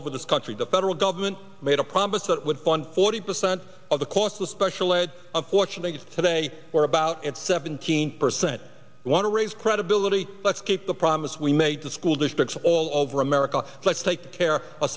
over this country the federal government made a promise that it would fund forty percent of the course the special ed of fortunate today or about it seventeen percent want to raise credibility let's keep the promise we made to school districts all over america let's take care of